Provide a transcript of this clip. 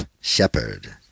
Shepherd